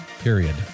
period